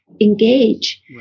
engage